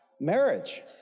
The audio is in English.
Marriage